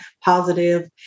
positive